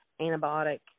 antibiotic